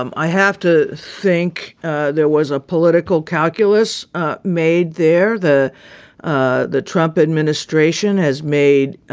um i have to think there was a political calculus ah made there the ah the trump administration has made